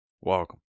welcome